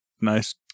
Nice